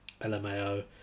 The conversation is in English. LMAO